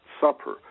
Supper